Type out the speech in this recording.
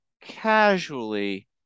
casually